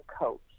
coach